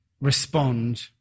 respond